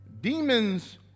Demons